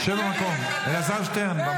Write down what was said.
חבר הכנסת אלעזר שטרן.